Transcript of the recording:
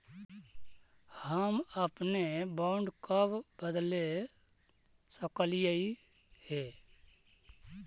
हम अपने बॉन्ड कब बदले सकलियई हे